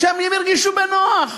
שהם ירגישו בנוח.